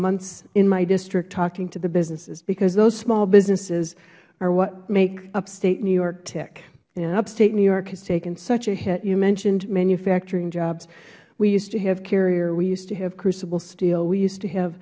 months in my district talking to the businesses because those small businesses are what make upstate new york tick upstate new york has taken such a hit you mentioned manufacturing jobs we used to have carrier we used to have crucible steel we